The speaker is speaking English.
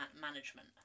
management